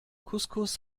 couscous